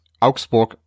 augsburg